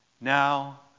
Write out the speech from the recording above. now